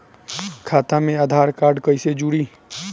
खाता मे आधार कार्ड कईसे जुड़ि?